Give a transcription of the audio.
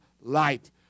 light